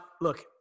look